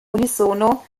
unisono